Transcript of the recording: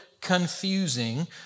confusing